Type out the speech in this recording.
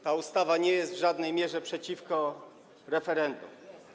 Ta ustawa nie jest w żadnej mierze przeciwko referendom.